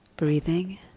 Breathing